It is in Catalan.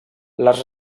les